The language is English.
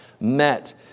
met